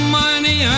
money